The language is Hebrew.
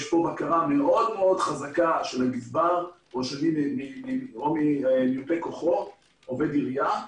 יש פה בקרה מאוד חזקה של הגזבר או ממיופה כוחו עובד עירייה,